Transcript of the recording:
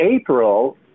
April